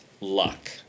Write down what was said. luck